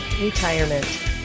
Retirement